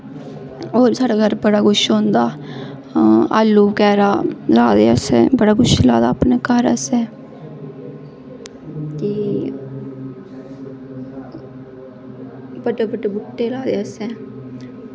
होर साढ़ै घर बड़ा किश होंदा आलू बगैरा ला दे असे बड़ा किश लाए दा असें अपने घर कि बड्डे बड्डे बूह्टे लाए दे असें